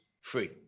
free